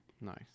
Nice